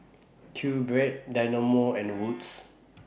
QBread Dynamo and Wood's